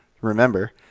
remember